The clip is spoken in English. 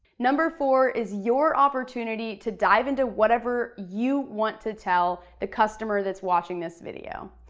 number four is your opportunity to dive into whatever you want to tell the customer that's watching this video.